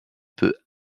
peut